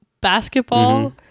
basketball